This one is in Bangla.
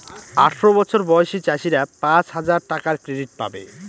আঠারো বছর বয়সী চাষীরা পাঁচ হাজার টাকার ক্রেডিট পাবে